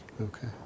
Okay